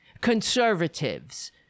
conservatives